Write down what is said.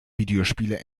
videospiele